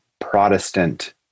protestant